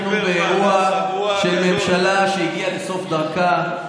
אנחנו באירוע של ממשלה שהגיעה לסוף דרכה,